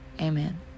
Amen